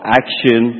action